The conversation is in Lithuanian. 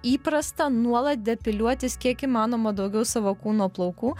įprasta nuolat depiliuotis kiek įmanoma daugiau savo kūno plaukų